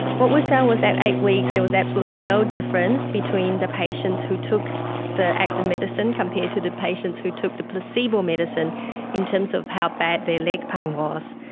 what we found was at eight weeks there was absolutely no difference between the patients who took the active medicine compared to the patients who took the placebo medicine in terms of how bad their leg pain was.